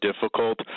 difficult